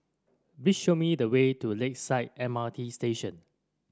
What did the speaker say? please show me the way to Lakeside M R T Station